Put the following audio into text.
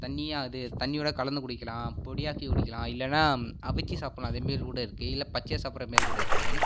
தண்ணியா இது தண்ணியோட கலந்து குடிக்கலாம் பொடியாக்கு குடிக்கலாம் இல்லைனா அவுச்சி சாப்பிட்லாம் அதை மாரி கூட இருக்குது இல்லை பச்சையா சாப்பிட்றமேரி கூட இருக்குது